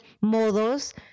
modos